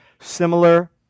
similar